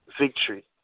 Victory